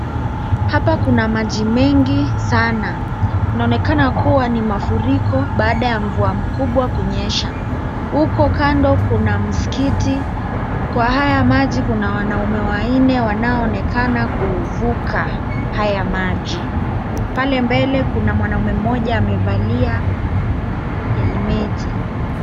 Hapa kuna maji mengi sana, inaonekana kuwa ni mafuriko baada ya mvua kubwa kunyesha, huko kando kuna msikiti, kwa haya maji kuna wamaume wanne wanoonekana kuvuka haya maji, pale mbele kuna mwanaume mmoja amevalia helmet .